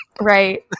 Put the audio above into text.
Right